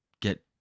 get